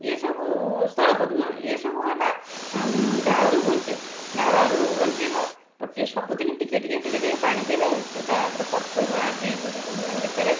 ଇଏ ସବୁ ସ୍ଥଳପଦ୍ମ ଇଏ ସବୁ ହେଲା ଡାଳରୁ ବଞ୍ଚେ ଡାଳରୁ ବଞ୍ଚିବ ସବୁଦିନ ଟିକିଏ ଟିକିଏ ଟିକିଏ ଟିକିଏ ପାଣି ଦେଲେ ତା' ତା'ପରେ ପତ ଆଜି ମାନେ ଫେରେ